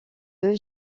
œufs